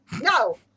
no